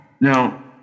now